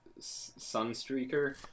Sunstreaker